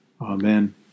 Amen